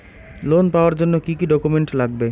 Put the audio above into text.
Loan পাওয়ার জন্যে কি কি ডকুমেন্ট লাগবে?